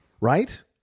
right